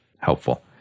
helpful